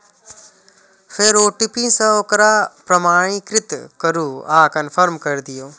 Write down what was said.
फेर ओ.टी.पी सं ओकरा प्रमाणीकृत करू आ कंफर्म कैर दियौ